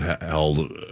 held